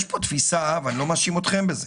בעיה אחת היא שיש פה תפיסה ואני לא מאשים אתכם בזה,